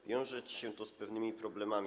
Wiąże się to z pewnymi problemami.